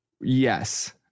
Yes